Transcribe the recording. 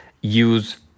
use